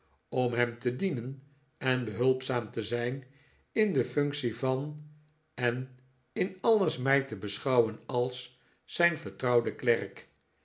om hem te diehen en behulpzaam te zijn in de functie van en in alles mij te beschouwen als zijn vertrouwden klerk